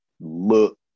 look